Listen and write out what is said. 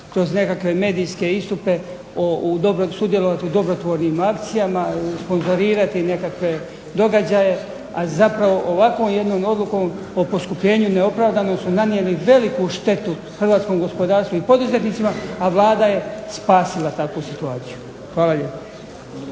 kroz nekakve medijske istupe sudjelovati u dobrotvornim akcijama, sponzorirati nekakve događaje a zapravo ovakvom jednom odlukom o poskupljenju neopravdano su nanijeli veliku štetu hrvatskom gospodarstvu i poduzetnicima, a Vlada je spasila takvu situaciju. Hvala lijepa.